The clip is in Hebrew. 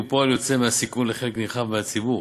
פועל יוצא מהסיכון לחלק נרחב מהציבור.